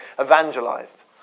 evangelized